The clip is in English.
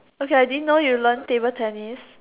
okay I didn't know you learn table tennis